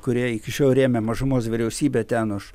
kurie iki šiol rėmė mažumos vyriausybę ten už